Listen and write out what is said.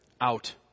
out